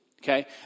Okay